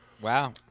Wow